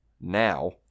now